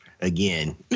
again